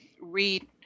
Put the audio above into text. read